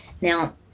Now